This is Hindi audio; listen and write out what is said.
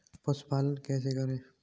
पशुपालन कैसे करें?